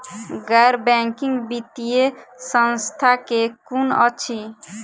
गैर बैंकिंग वित्तीय संस्था केँ कुन अछि?